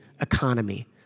economy